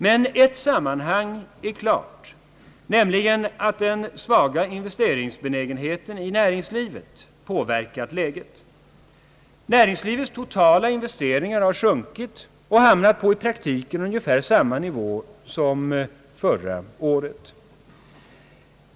Men ett sammanhang är klart, nämligen att den svaga investeringsbenägenheten i näringslivet har påverkat läget. Näringslivets totala investeringar har sjunkit och hamnat på i praktiken ungefär samma nivå som föregående år.